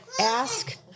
ask